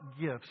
gifts